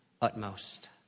utmost